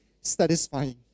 satisfying